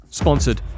sponsored